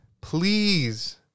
please